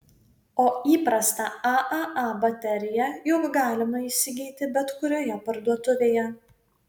o įprastą aaa bateriją juk galima įsigyti bet kurioje parduotuvėje